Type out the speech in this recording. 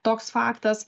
toks faktas